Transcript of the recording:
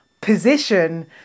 position